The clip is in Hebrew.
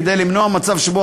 כדי למנוע מצב שבו,